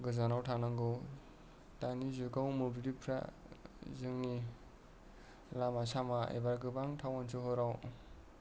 गोजानाव थानांगौ दानि जुगाव मोब्लिबफ्रा जोंनि लामा सामा एबा गोबां टाउन सहराव